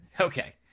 Okay